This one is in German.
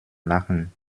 lachen